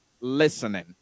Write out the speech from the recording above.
listening